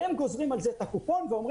והם גוזרים על זה את הקופון ואומרים,